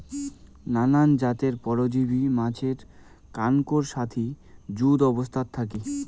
নানান জাতের পরজীব মাছের কানকোর সাথি যুত অবস্থাত থাকি